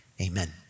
amen